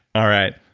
all right.